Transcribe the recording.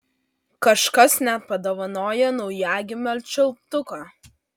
kažkas net padovanojo naujagimio čiulptuką